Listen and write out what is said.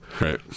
right